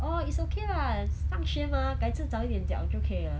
上学 mah 改次早一点讲就可以了